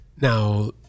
Now